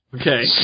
Okay